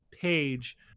page